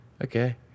Okay